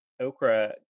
okra